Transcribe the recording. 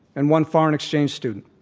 and one foreign exchange student.